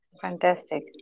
Fantastic